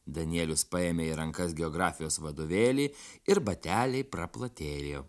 danielius paėmė į rankas geografijos vadovėlį ir bateliai praplatėjo